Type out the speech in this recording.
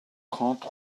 trente